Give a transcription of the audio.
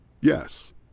Yes